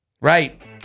right